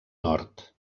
nord